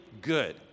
good